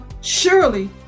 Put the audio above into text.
surely